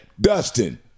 Dustin